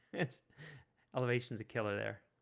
it's elevation is a killer there